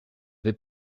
vais